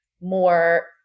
more